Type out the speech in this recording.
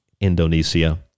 indonesia